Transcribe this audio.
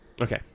Okay